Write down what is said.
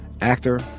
actor